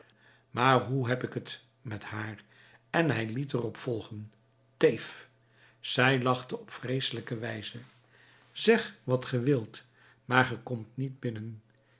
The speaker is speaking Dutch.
maar hoe heb ik t met haar en hij liet er op volgen teef zij lachte op vreeselijke wijze zeg wat ge wilt maar ge komt niet binnen